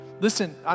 Listen